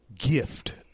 gift